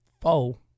four